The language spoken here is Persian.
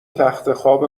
تختخواب